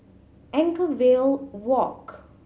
Anchorvale Walk